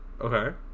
okay